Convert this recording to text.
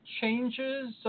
changes